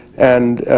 and